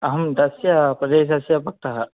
अहं तस्य प्रदेशस्य भक्तः